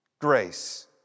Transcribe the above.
Grace